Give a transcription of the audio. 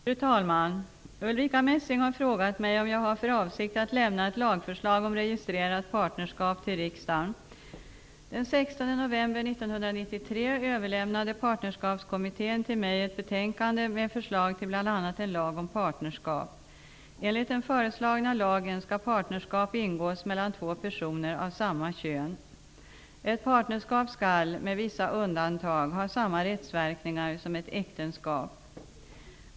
Fru talman! Ulrica Messing har frågat mig om jag har för avsikt att lämna ett lagförslag om registrerat partnerskap till riksdagen. Partnerskapskommittén till mig ett betänkande med förslag till bl.a. en lag om partnerskap. Enligt den föreslagna lagen skall partnerskap ingås mellan två personer av samma kön. Ett partnerskap skall -- med vissa undantag -- ha samma rättsverkningar som ett äktenskap.